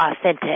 authentic